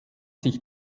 sich